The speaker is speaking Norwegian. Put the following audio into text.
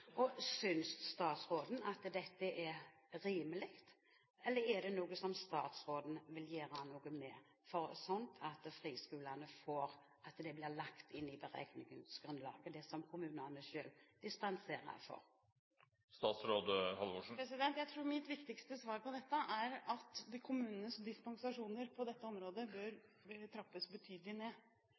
statsråden at dette er rimelig? Eller er det noe som statsråden vil gjøre noe med, slik at det blir lagt inn i beregningsgrunnlaget det som kommunene selv dispenserer for? Jeg tror mitt viktigste svar på dette er at kommunenes dispensasjoner på dette området bør trappes betydelig ned,